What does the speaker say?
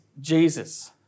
Jesus